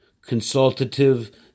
consultative